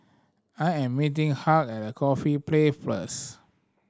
I am meeting Hugh at Corfe Place first